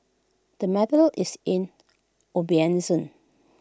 the matter is in abeyance